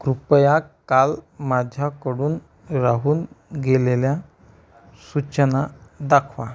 कृपया काल माझ्याकडून राहून गेलेल्या सूचना दाखवा